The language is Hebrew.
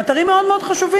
הם אתרים מאוד חשובים.